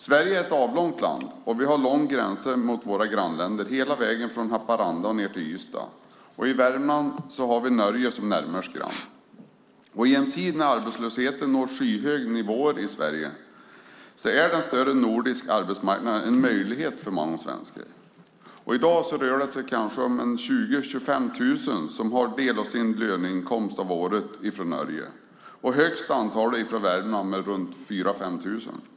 Sverige är ett avlångt land, och vi har långa gränser mot våra grannländer hela vägen från Haparanda och ned till Ystad. I Värmland har vi Norge som närmaste granne. I en tid när arbetslösheten når skyhöga nivåer i Sverige är den större nordiska arbetsmarknaden en möjlighet för många svenskar. I dag rör det sig kanske om 20 000-25 000 personer som har en del av sin löneinkomst under året från Norge. Högst är antalet från Värmland med runt 4 000-5 000 personer.